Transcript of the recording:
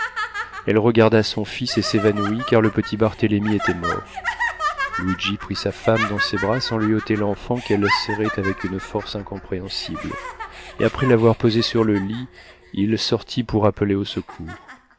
elle regarda son fils et s'évanouit car le petit barthélemy était mort luigi prit sa femme dans ses bras sans lui ôter l'enfant qu'elle serrait avec une force incompréhensible et après l'avoir posée sur le lit il sortit pour appeler au secours